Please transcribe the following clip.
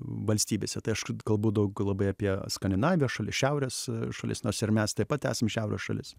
valstybėse tai aš kalbu daug labai apie skandinavijos šalis šiaurės šalis nors ir mes taip pat esam šiaurės šalis